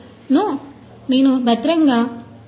అప్పుడు ఇది remote control మీరు దీనిని దూరం నుండి చేయవచ్చు